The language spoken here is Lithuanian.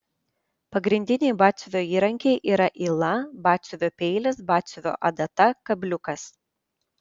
pagrindiniai batsiuvio įrankiai yra yla batsiuvio peilis batsiuvio adata kabliukas